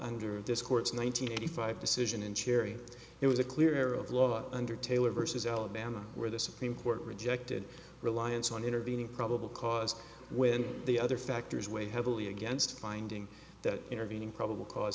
under this court's one nine hundred eighty five decision and cherry it was a clear air of law under taylor versus alabama where the supreme court rejected reliance on intervening probable cause when the other factors weighed heavily against finding that intervening probable cause